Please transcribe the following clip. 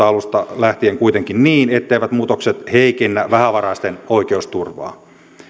alusta lähtien kuitenkin niin etteivät muutokset heikennä vähävaraisten oikeusturvaa